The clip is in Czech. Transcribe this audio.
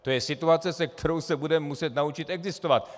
To je situace, se kterou se budeme muset naučit existovat.